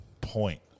point